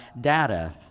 data